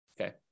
Okay